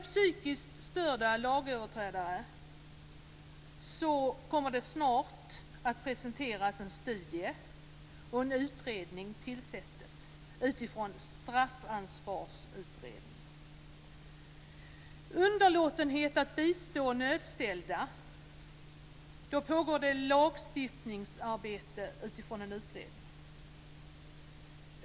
· Psykiskt störda lagöverträdare: det kommer snart att presenteras en studie, och en utredning tillsätts utifrån Straffansvarsutredningen. · Underlåtenhet att bistå nödställda: det pågår lagstiftningsarbete utifrån en utredning.